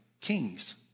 kings